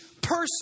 person